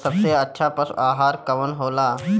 सबसे अच्छा पशु आहार कवन हो ला?